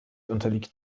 unterliegt